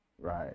Right